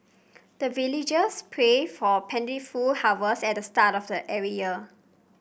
the villagers pray for plentiful harvest at the start of every year